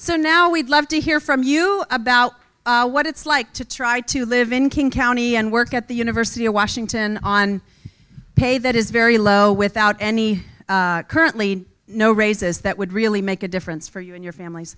so now we'd love to hear from you about what it's like to try to live in king county and work at the university of washington on pay that is very low without any currently no raises that would really make a difference for you and your families